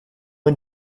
and